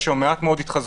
יש היום מעט מאוד התחזויות.